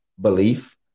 belief